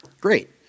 great